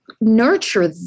nurture